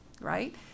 right